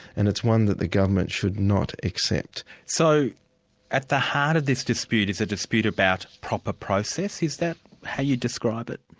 and it's one that the government should not accept. so at the heart of this dispute is a dispute about proper process, is that how you describe it?